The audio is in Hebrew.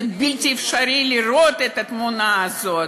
זה בלתי אפשרי לראות את התמונה הזאת.